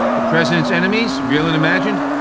the president's enemies, real and imagined,